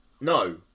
no